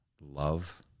love